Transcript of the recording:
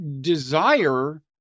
desire